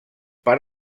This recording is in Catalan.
per